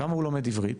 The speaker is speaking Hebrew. כמה עברית